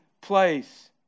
place